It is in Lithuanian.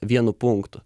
vienu punktu